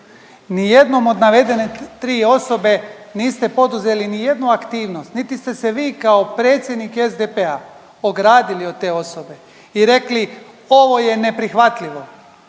nijednom od navedene tri osobe niste poduzeli nijednu aktivnost, niti ste se vi kao predsjednik SDP-a ogradili od te osobe i rekli ovo je neprihvatljivo.